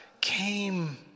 came